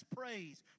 praise